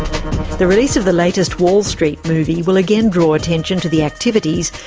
the release of the latest wall street movie will again draw attention to the activities,